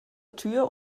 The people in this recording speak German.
tür